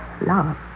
Love